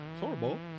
Horrible